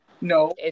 No